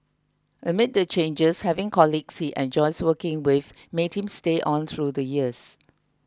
amid the changes having colleagues he enjoys working with made him stay on through the years